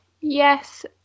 Yes